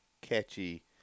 catchy